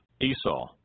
Esau